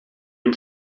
dem